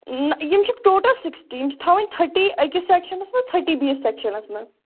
نہَ یِم چھِ ٹوٹَل سِکِسٹی یِم چھِ تھاوٕنۍ تھایٚٹی أکِس سیٚکشَنَس منٛز تھٲیٚٹی بیٚیِس سیٚکشَنَس منٛز